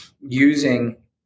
using